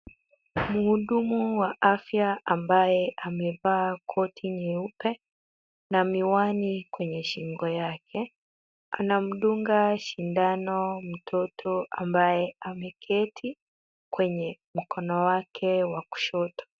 Mhudumu wa afya ambaye amevaa koti nyeupe, na miwani kwenye shingo yake, anamdunga sindano mtoto ambaye ameketi, kwenye mkono wake wa kushoto.